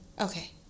Okay